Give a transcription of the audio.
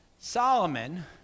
Solomon